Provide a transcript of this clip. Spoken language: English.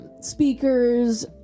speakers